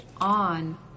on